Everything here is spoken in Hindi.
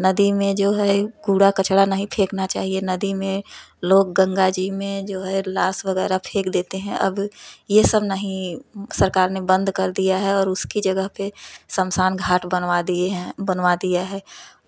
नदी में जो है कूड़ा कचरा नहीं फेकना चाहिए नदी में लोग गंगा जी में जो है लाश वगैरह फेंक देते हैं अब ये सब नहीं सरकार ने बंद कर दिया है और उसकी जगह पर श्मशान घाट बनवा दिए है बनवा दिया है